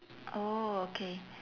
oh okay